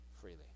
freely